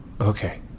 okay